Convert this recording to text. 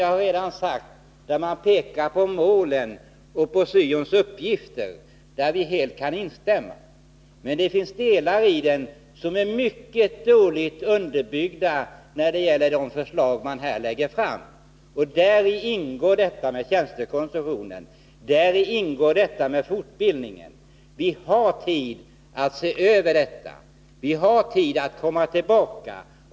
Jag har redan sagt att det finns delar som vi helt kan instämma i. Det gäller de avsnitt där man pekar på målen och syons uppgifter. Men det finns också delar i propositionen där de förslag som läggs fram är mycket dåligt underbyggda. Däribland ingår förslaget beträffande tjänstekonstruktionen och fortbildningen. Vi har tid att se över det förslaget och fatta beslut senare.